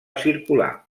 circular